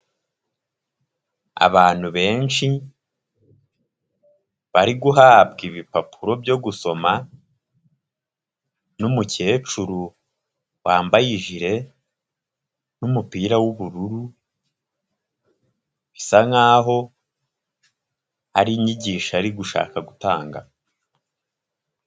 Abantu benshi, bari guhabwa ibipapuro byo gusoma n'umukecuru, wambaye ijire n'umupira w'ubururu, bisa nk'aho ari inyigisho ari gushaka gutanga.